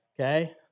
Okay